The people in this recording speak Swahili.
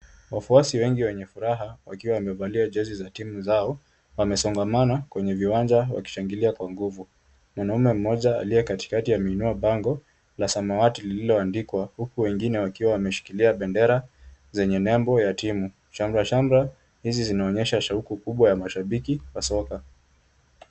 Wafuasi wengi wenye furaha wakiwa wamevalia jezi za timu zao, wamesongamana kwenye viwanja wakishangilia kwa nguvu. Mwanaume mmoja aliye katikati ameinua bango la samawati lililandikwa, huku wengine wakiwa wameshikilia bendera zenye nembo ya timu. Shamra shamra hizi zinaonyesha shauku kubwa ya mashabiki wa soka.